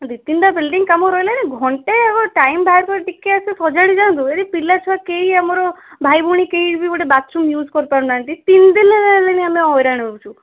ଦୁଇ ତିନିଟା ବିଲ୍ଡ଼ିଂ କାମ ରହିଲାଣି ଘଣ୍ଟେ ହଉ ଟାଇମ୍ ବାହାର କି ଟିକେ ଆସି ସଜାଡ଼ି ଯାଆନ୍ତୁ ଏଠି ପିଲା ଛୁଆ କେହି ଆମର ଭାଇଭଉଣୀ କିଏ ବି ବାଥରୁମ୍ ୟୁଜ୍ କରି ପାରୁନାହାନ୍ତି ତିନି ଦିନ ହେଲାଣି ଆମେ ହଇରାଣ ହେଉଛୁ